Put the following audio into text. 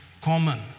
common